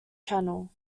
channel